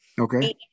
okay